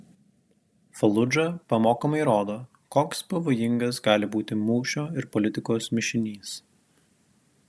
faludža pamokomai rodo koks pavojingas gali būti mūšio ir politikos mišinys